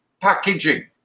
packaging